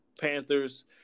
Panthers